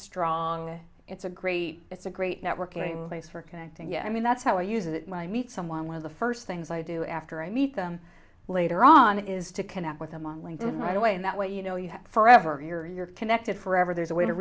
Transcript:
strong it's a great it's a great networking place for connecting yeah i mean that's how i use it my meet someone one of the first things i do after i meet them later on is to connect with them on linked in right away and that way you know you have forever you're connected forever there's a way to